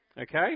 Okay